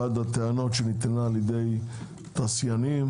אחת הטענות שנטענה על ידי התעשיינים,